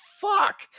fuck